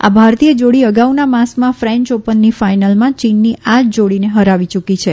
આ ભારતીય જોડી અગાઉના માસમાં ફેન્ચ ઓપનની ફાઇનલમાં ચીનની આ જ જોડીને હરાવી યુકી છે